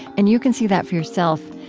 and you can see that for yourself.